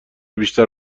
بیشتر